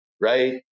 right